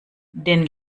den